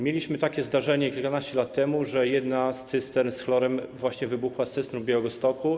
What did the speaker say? Mieliśmy takie zdarzenie kilkanaście lat temu, że jedna z cystern z chlorem właśnie wybuchła w centrum Białegostoku.